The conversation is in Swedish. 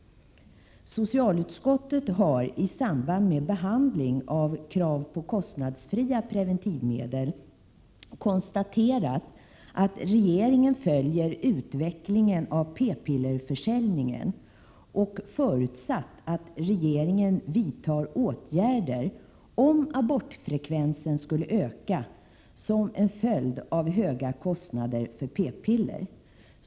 Socialutskottet har i samband med behandling av krav på kostnadsfria preventivmedel konstaterat att regeringen följer utvecklingen av p-pillerförsäljningen och förutsatt att regeringen vidtar åtgärder om abortfrekvensen skulle öka som en följd av höga kostnader för p-piller.